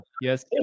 Yes